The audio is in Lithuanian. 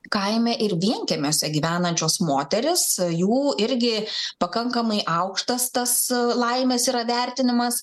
kaime ir vienkiemiuose gyvenančios moterys jų irgi pakankamai aukštas tas laimės yra vertinimas